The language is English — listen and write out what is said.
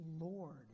Lord